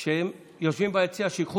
אני שואל